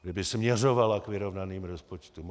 Kdyby směřovala k vyrovnaným rozpočtům.